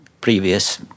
previous